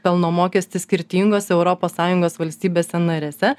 pelno mokestį skirtingose europos sąjungos valstybėse narėse